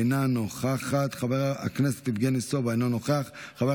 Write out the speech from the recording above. אינה נוכחת, חבר הכנסת יבגני סובה, אינו נוכח,